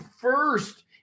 first